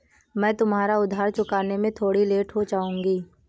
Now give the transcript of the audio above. मैं तुम्हारा उधार चुकाने में थोड़ी लेट हो जाऊँगी